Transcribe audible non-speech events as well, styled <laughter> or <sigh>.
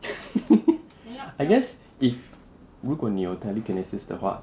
<laughs> I guess if 如果你有 telekinesis 的话